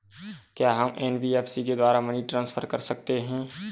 क्या हम एन.बी.एफ.सी के द्वारा मनी ट्रांसफर कर सकते हैं?